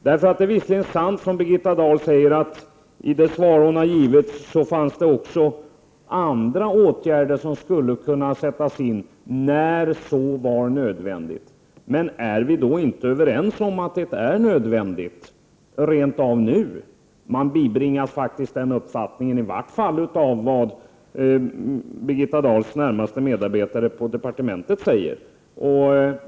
Det är visserligen sant, som Birgitta Dahl säger, att det i det svar hon har avgivit framhölls att andra åtgärder skulle kunna sättas in när så är nödvändigt. Men är vi då inte överens om att det är nödvändigt rent av redan nu? Man bibringas faktiskt den uppfattningen i vart fall av det som Birgitta Dahls närmaste medarbetare på departementet säger.